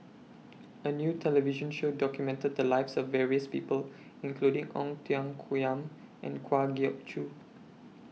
A New television Show documented The Lives of various People including Ong Tiong Khiam and Kwa Geok Choo